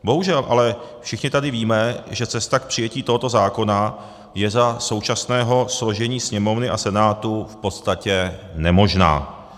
Bohužel ale všichni tady víme, že cesta k přijetí tohoto zákona je za současného složení Sněmovny a Senátu v podstatě nemožná.